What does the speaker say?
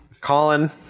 Colin